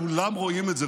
כולם רואים את זה,